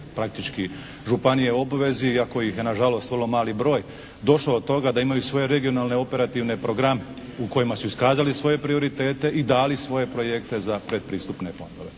praktički županije u obvezi iako ih je na žalost vrlo mali broj došlo do toga da imaju svoje regionalne, operativne programe u kojima su iskazali svoje prioritete i dali svoje projekte za predpristupne fondove.